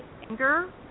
anger